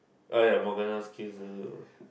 !aiya! Morgana's kills